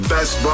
Best